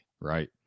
right